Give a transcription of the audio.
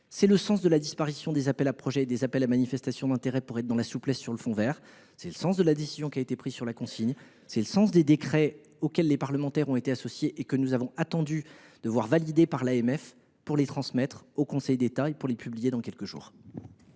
C’est le sens de la disparition des appels à projets et des appels à manifestation d’intérêt ; le fonds vert doit garder de la souplesse. C’est le sens de la décision qui a été prise sur la consigne. C’est le sens des décrets auxquels les parlementaires ont été associés et dont nous avons attendu la validation par l’AMF pour les transmettre au Conseil d’État et pouvoir les publier dans quelques jours.